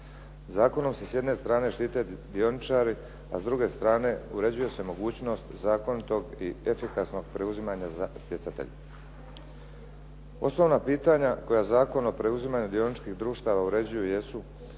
Zakonom se s jedne strane štite dioničari, a s druge strane uređuje se mogućnost zakonitog i efikasnog preuzimanja za stjecatelja. Osnovna pitanja koja Zakon o preuzimanju dioničkih društava uređuju jesu